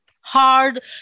hard